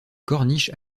corniche